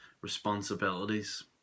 responsibilities